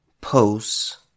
posts